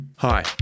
Hi